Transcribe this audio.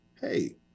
Hey